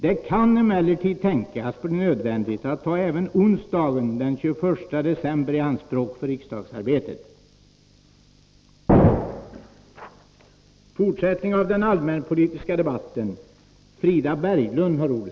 Det kan emellertid tänkas bli nödvändigt att ta även onsdagen den 21 december i anspråk för riksdagsarbete.